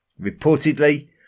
reportedly